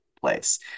place